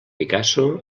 picasso